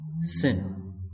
sin